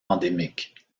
endémique